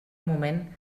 moment